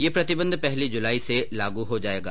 ये प्रतिबंध पहली जुलाई से लागू हो जाएंगा